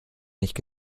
nicht